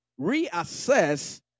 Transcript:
reassess